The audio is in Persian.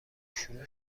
شروع